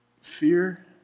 fear